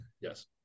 Yes